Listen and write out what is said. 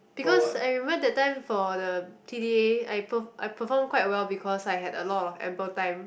because I remember that time for the t_d_s I perf~ I perform quite well because I had a lot of ample time